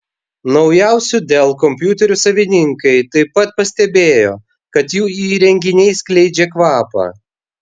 naujausių dell kompiuterių savininkai taip pat pastebėjo kad jų įrenginiai skleidžia kvapą